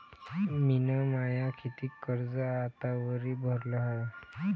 मिन माय कितीक कर्ज आतावरी भरलं हाय?